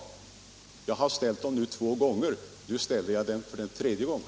Jag har som sagt ställt frågorna två gånger. Nu ställer jag dem för tredje gången.